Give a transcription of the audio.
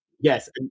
Yes